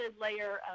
layer